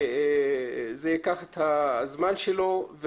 זה ייקח את הזמן שלו.